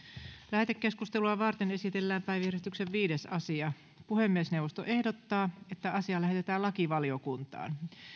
lähetekeskustelua varten esitellään päiväjärjestyksen viides asia puhemiesneuvosto ehdottaa että asia lähetetään lakivaliokuntaan